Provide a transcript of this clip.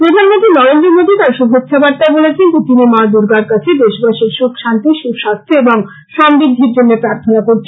প্রধানমন্ত্রী নরেন্দ্র মোদী তার শুভেচ্ছা বার্তায় বলেছেন যে তিনি মা র্দূগার কাছে দেশবাসীর সুখ শান্তি সু স্বাস্থ্য এবং সমৃদ্ধির জন্য প্রার্থনা করছেন